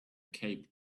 cape